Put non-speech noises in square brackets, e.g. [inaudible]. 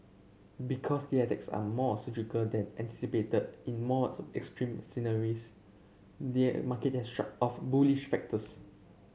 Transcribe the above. because the attacks are more surgical than anticipated in more [unintelligible] extreme scenarios the market has shrugged off bullish factors